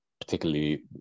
particularly